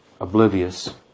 oblivious